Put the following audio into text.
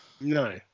no